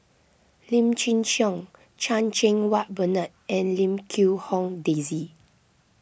Lim Chin Siong Chan Cheng Wah Bernard and Lim Quee Hong Daisy